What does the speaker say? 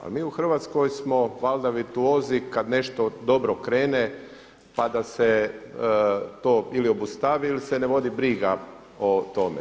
A mi u Hrvatskoj smo valjda virtuozi kad nešto dobro krene pa da se to ili obustavi ili se ne vodi briga o tome.